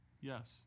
Yes